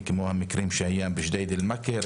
כמו המקרה שהיה בג'דייד אל מאכר,